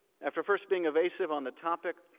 after first being evasive on the topic,